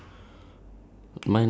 nothing mine is empty